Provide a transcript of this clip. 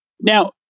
Now